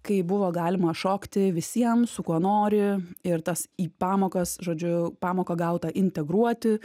kai buvo galima šokti visiems su kuo nori ir tas į pamokas žodžiu pamoką gautą integruoti